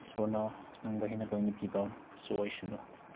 ꯏꯁꯣꯔꯅ ꯅꯪꯕꯨ ꯍꯦꯟꯅ ꯂꯣꯏꯅꯕꯤꯕꯁꯨ ꯑꯣꯏꯁꯅꯨ